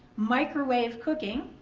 microwave cooking,